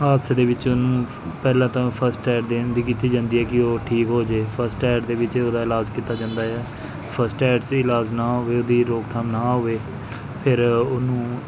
ਹਾਦਸੇ ਦੇ ਵਿੱਚ ਉਹਨੂੰ ਪਹਿਲਾਂ ਤਾਂ ਫਸਟ ਐਡ ਦੇਣ ਦੀ ਕੀਤੀ ਜਾਂਦੀ ਹੈ ਕਿ ਉਹ ਠੀਕ ਹੋ ਜਾਏ ਫਸਟ ਐਡ ਦੇ ਵਿੱਚ ਉਹਦਾ ਇਲਾਜ ਕੀਤਾ ਜਾਂਦਾ ਆ ਫਸਟ ਐਡ ਸੀ ਇਲਾਜ ਨਾ ਹੋਵੇ ਉਹਦੀ ਰੋਕਥਾਮ ਨਾ ਹੋਵੇ ਫਿਰ ਉਹਨੂੰ